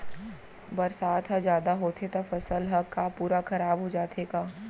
बरसात ह जादा होथे त फसल ह का पूरा खराब हो जाथे का?